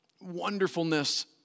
wonderfulness